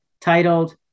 titled